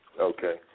Okay